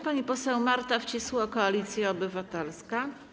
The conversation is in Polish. Pani poseł Marta Wcisło, Koalicja Obywatelska.